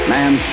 Man